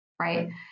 Right